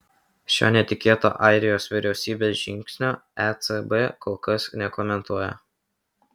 šio netikėto airijos vyriausybės žingsnio ecb kol kas nekomentuoja